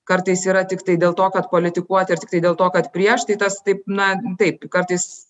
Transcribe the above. kartais yra tiktai dėl to kad politikuoti ir tiktai dėl to kad prieš tai tas taip na taip kartais